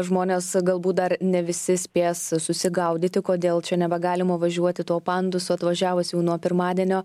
žmonės galbūt dar ne visi spės susigaudyti kodėl čia nebegalima važiuoti tuo pandusu atvažiavus jau nuo pirmadienio